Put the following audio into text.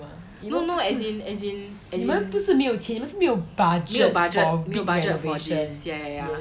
你们不是你们不是没有钱你们是没有 budget for big renovation yes